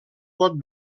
pot